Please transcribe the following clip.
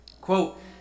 Quote